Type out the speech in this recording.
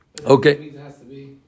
Okay